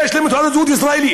יש להם תעודת זהות ישראלית,